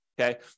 okay